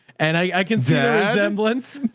and i can say semblance,